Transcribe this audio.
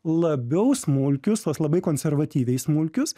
labiau smulkius tuos labai konservatyviai smulkius